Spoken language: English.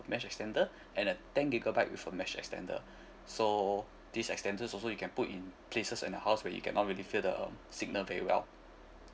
mesh extender and a ten gigabyte with a mesh extender so this extender also you can put in places in the house where you cannot really feel the signal very well